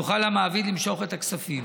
יוכל המעביד למשוך את הכספים.